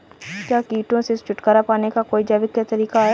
क्या कीटों से छुटकारा पाने का कोई जैविक तरीका है?